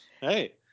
Hey